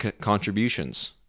contributions